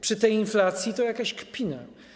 Przy ten inflacji to jakaś kpina.